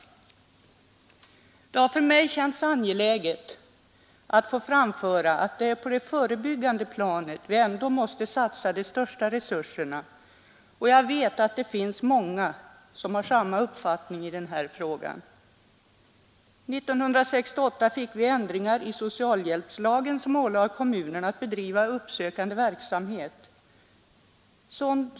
Det har för mig känts angeläget att få framföra att det är på det förebyggande planet vi ändå måste satsa de största resurserna, och jag vet att det finns många som har samma uppfattning i den här frågan. 1968 fick vi ändringar i socialhjälpslagen, som ålade kommunerna att bedriva uppsökande verksamhet.